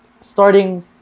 starting